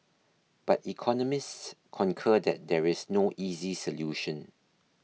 but economists concur that there is no easy solution